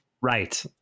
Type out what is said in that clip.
right